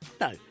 No